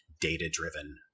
data-driven